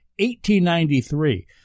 1893